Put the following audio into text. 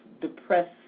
depressed